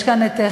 ישנו כאן חיליק,